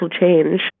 change